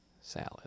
salad